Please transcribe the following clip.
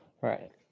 Right